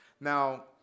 Now